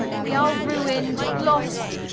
we are ruin'd, lost!